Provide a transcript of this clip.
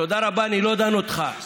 תודה, אני לא דן אותך.